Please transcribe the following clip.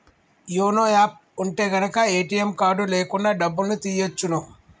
YONO app ఉంటె గనక ATM card లేకున్నా డబ్బుల్ని తియ్యచ్చును